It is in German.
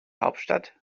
hauptstadt